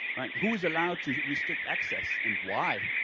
who is allowed to restrict access? and why?